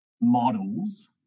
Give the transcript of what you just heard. models